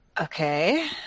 Okay